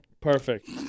Perfect